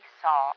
saw